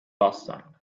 boston